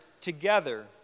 together